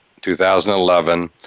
2011